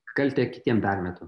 kaltę kitiem permetu